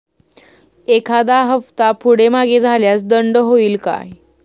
एखादा हफ्ता पुढे मागे झाल्यास दंड होईल काय?